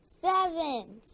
seven